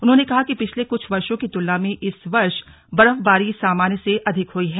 उन्होंने कहा कि पिछले कुछ वर्षो की तुलना में इस वर्ष बर्फबारी सामान्य से अधिक हुई है